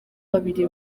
babiri